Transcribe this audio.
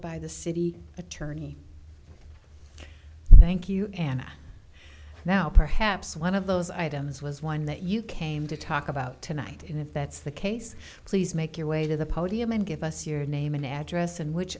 by the city attorney thank you anna now perhaps one of those items was one that you came to talk about tonight and if that's the case please make your way to the podium and give us your name and address and which